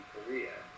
Korea